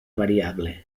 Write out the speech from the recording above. variable